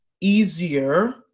easier